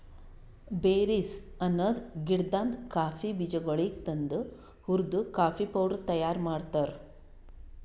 berries ಅನದ್ ಗಿಡದಾಂದ್ coffee ಬೀಜಗೊಳಿಗ್ ತಂದು ಹುರ್ದು ಕಾಫಿ ಪೌಡರ್ ತೈಯಾರ್ ಮಾಡ್ತಾರ್